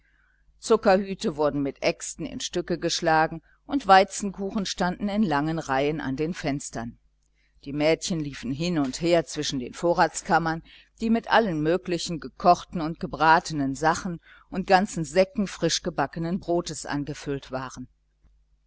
zuckerhüte wurden mit äxten in stücke zerschlagen und weizenkuchen standen in langen reihen an den fenstern die mädchen liefen hin und her zwischen den vorratskammern die mit allen möglichen gekochten und gebratenen sachen und ganzen säcken frischgebacknen brotes angefüllt waren